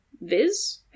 Viz